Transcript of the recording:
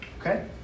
Okay